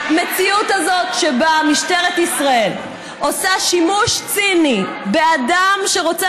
המציאות הזאת שבה משטרת ישראל עושה שימוש ציני באדם שרוצה